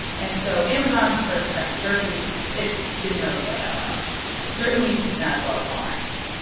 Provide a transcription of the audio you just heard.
and so amazon's first crack at groceries it didn't really go that well certainly not as well as walmart's.